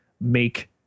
make